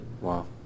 Wow